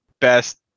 best